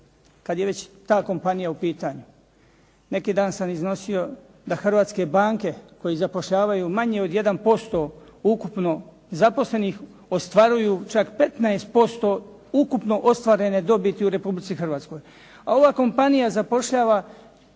kad je već ta kompanija u pitanju, neki dan sam iznosio da hrvatske banke koje zapošljavaju manje od 1% ukupno zaposlenih ostvaruju čak 15% ukupno ostvarene dobiti u Republici Hrvatskoj. A ova kompanija zapošljava,